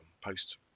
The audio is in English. post